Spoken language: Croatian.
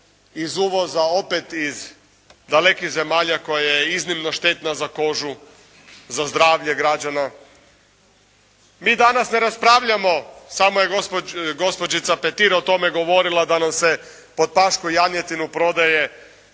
iz uvoza, opet iz dalekih zemalja koja je iznimno štetna za kožu, za zdravlje građana. Mi danas ne raspravljamo, samo je gospođica Petir o tome govorila, da nam se pod pašku janjetinu prodaje